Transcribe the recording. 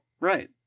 Right